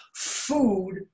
food